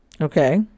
okay